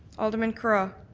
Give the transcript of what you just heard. alderman cara?